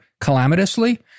calamitously